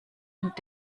und